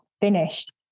finished